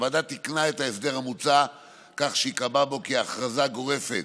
הוועדה תיקנה את ההסדר המוצע כך שייקבע בו כי הכרזה גורפת